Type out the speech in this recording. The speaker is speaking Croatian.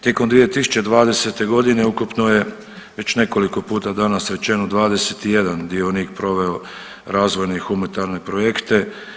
Tijekom 2020. godine ukupno je već nekoliko puta danas rečeno 21 dionik proveo razvojne i humanitarne projekte.